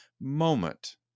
moment